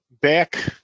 back